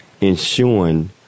ensuring